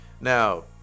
Now